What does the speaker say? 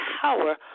power